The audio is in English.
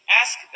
ask